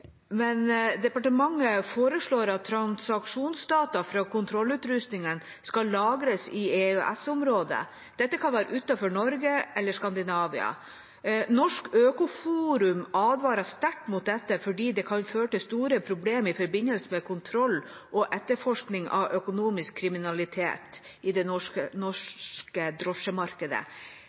Departementet foreslår at transaksjonsdata fra kontrollutrustningen skal lagres i EØS-området. Dette kan være utenfor Norge eller Skandinavia. Norsk Øko-Forum advarer sterkt mot dette fordi det kan føre til store problemer i forbindelse med kontroll og etterforskning av økonomisk kriminalitet i det norske drosjemarkedet.